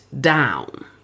down